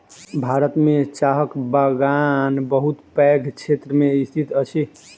भारत में चाहक बगान बहुत पैघ क्षेत्र में स्थित अछि